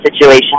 situation